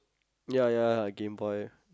ya ya Game Boy